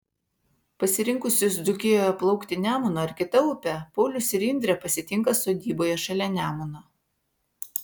pasirinkusius dzūkijoje plaukti nemunu ar kita upe paulius ir indrė pasitinka sodyboje šalia nemuno